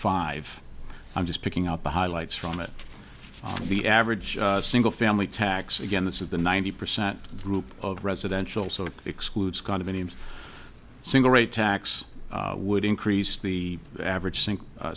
five i'm just picking up the highlights from it the average single family tax again this is the ninety percent group of residential so it excludes condominiums single rate tax would increase the average sink